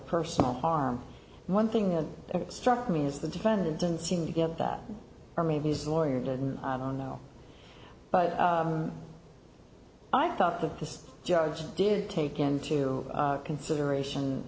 personal harm and one thing that struck me is the defendant didn't seem to get that or maybe his lawyer didn't i don't know but i thought that this judge did take into consideration